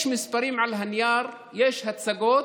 יש מספרים על הנייר, יש הצגות,